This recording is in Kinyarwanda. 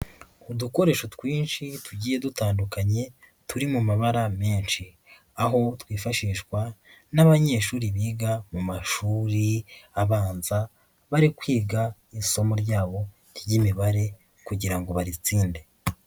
Udukoresho twinshi tugiye dutandukanye, turi mu mabara menshi. Twifashishwa n'abanyeshuri biga mu mashuri abanza, bari kwiga isomo ryabo ry'imibare kugira ngo baritsinde.